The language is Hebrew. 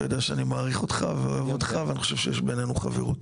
תדע שאני מעריך אותך ואוהב אותך ואני חושב שיש בינינו חברות.